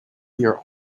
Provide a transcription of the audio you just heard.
your